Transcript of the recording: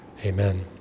Amen